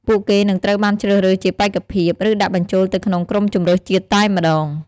ពួកគេនឹងត្រូវបានជ្រើសរើសជាបេក្ខភាព ឬដាក់បញ្ចូលទៅក្នុងក្រុមជម្រើសជាតិតែម្ដង។